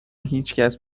هیچکس